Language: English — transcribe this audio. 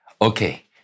Okay